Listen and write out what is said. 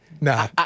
Nah